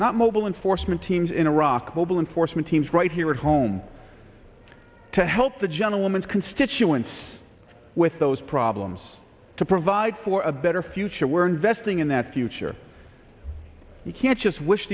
not mobile enforcement teams in iraq mobile enforcement teams right here at home to help the gentlewoman's constituents with those problems to provide for a better future we're investing in that future you can't just wish